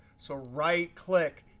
so right click,